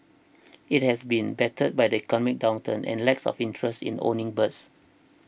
it has also been battered by the economic downturn and lacks of interest in owning birds